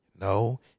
No